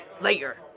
later